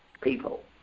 people